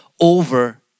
over